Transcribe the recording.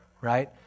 right